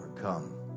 come